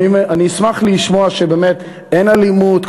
אני אשמח לשמוע שבאמת אין אלימות,